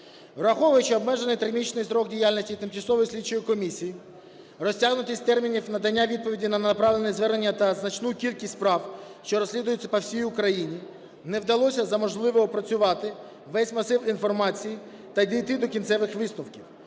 Враховуючи обмежений трьохмісячний строк діяльності тимчасової слідчої комісії, розтягнутість термінів надання відповіді на направлені звернення та значну кількість справ, що розслідується по всій Україні, не вдалося за можливе опрацювати весь масив інформації та дійти до кінцевих висновків.